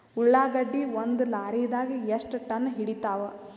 ಉಳ್ಳಾಗಡ್ಡಿ ಒಂದ ಲಾರಿದಾಗ ಎಷ್ಟ ಟನ್ ಹಿಡಿತ್ತಾವ?